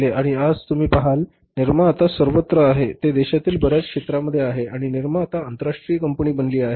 आणि आज तुम्ही पहाल निरमा आता सर्वत्र आहे ते देशातील बर्याच क्षेत्रांमध्ये आहेत आणि निरमा आता आंतरराष्ट्रीय कंपनी बनली आहे